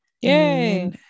yay